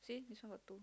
see this one got two